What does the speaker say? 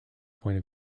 point